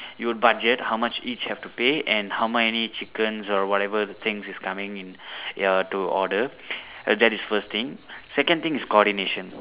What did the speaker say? you would budget how much each have to pay and how many chickens or whatever the things is coming in ya to order that is first thing second thing is coordination